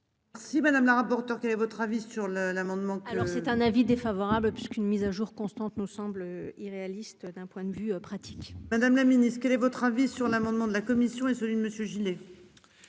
Si madame la rapporteure. Quel est votre avis sur le l'amendement. Alors c'est un avis défavorable puisqu'une mise à jour constante nous semble irréaliste d'un point de vue pratique. Madame la Ministre, quel est votre avis sur l'amendement de la commission et celui de Monsieur